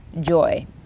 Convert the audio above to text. joy